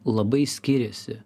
labai skiriasi